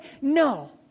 No